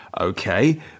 Okay